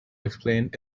explained